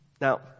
Now